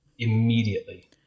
immediately